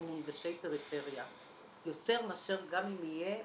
אנחנו מונגשי פריפריה יותר מאשר גם אם יהיה,